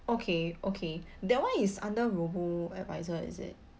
okay okay that [one] is under robo advisor is it